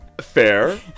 Fair